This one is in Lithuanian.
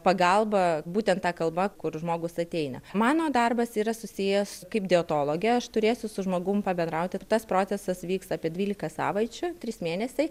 pagalbą būtent tą kalbą kur žmogus ateina mano darbas yra susijęs kaip dietologė aš turėsiu su žmogum pabendrauti tas procesas vyks apie dvylika savaičių trys mėnesiai